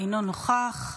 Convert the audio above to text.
אינו נוכח.